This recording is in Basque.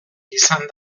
izan